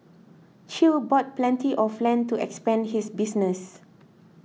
Chew bought plenty of land to expand his business